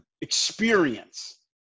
experience